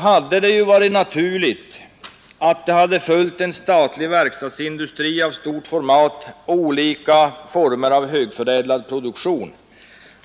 hade det varit naturligt att det följt en statlig verkstadsindustri av stort format och olika former av högförädlande produktion.